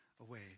away